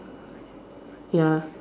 ya